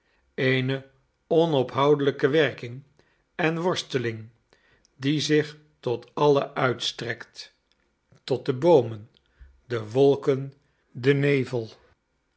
eene onophoudelijke werking en worsteling die zich tot alle uitstrekt tot de boomen de wolken den nevel